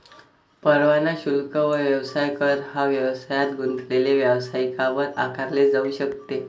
परवाना शुल्क व व्यवसाय कर हा व्यवसायात गुंतलेले व्यावसायिकांवर आकारले जाऊ शकते